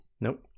Nope